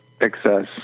excess